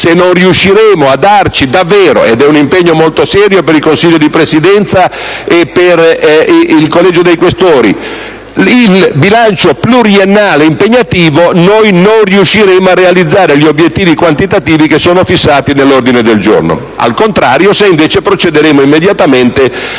se non riusciremo a prevedere davvero - ed è un impegno molto serio per il Consiglio di Presidenza e il Collegio dei senatori Questori - un bilancio pluriennale impegnativo, non potremo realizzare gli obiettivi quantitativi che sono fissati nell'ordine del giorno; il contrario avverrà se invece procederemo immediatamente